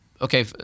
Okay